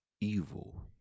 evil